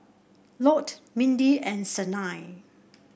Lott Mindy and Sanai